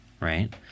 right